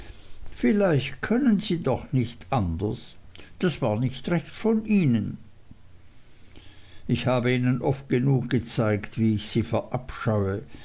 vielleicht können sie doch nicht anders das war nicht recht von ihnen ich habe ihnen oft genug gezeigt wie ich sie verabscheue